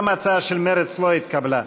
גם ההצעה של מרצ לא התקבלה.